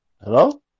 Hello